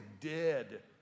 dead